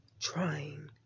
trying